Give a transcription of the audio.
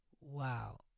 wow